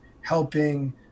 helping